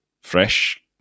fresh